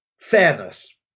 fairness